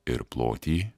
ir plotį